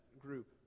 group